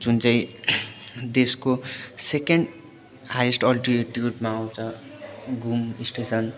जुन चाहिँ देशको सेकेन्ड हाइएस्ट अल्टिट्युडमा आउँछ घुम स्टेसन